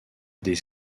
des